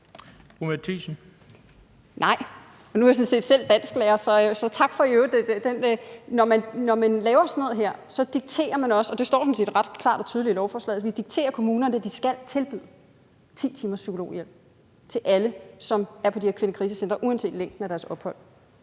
Mette Thiesen (NB): Nej, og nu er jeg sådan set selv dansklærer, så i øvrigt tak for det. Når man laver sådan noget her, dikterer man også. Det står sådan set ret klart og tydeligt i lovforslaget, at vi dikterer kommunerne, at de skal tilbyde 10 timers psykologhjælp til alle, som er på de her kvindekrisecentre, uanset længden af deres ophold.